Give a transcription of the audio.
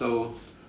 so